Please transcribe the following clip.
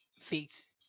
fix